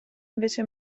invece